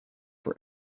for